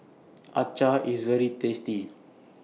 Acar IS very tasty